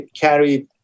carried